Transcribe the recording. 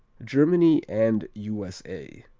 germany and u s a.